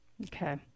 Okay